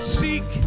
seek